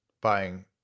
buying